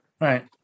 Right